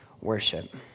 worship